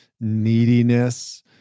neediness